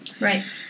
right